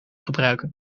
gebruiken